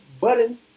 Button